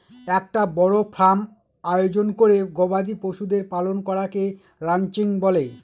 একটা বড় ফার্ম আয়োজন করে গবাদি পশুদের পালন করাকে রানচিং বলে